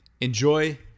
Enjoy